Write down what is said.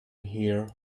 here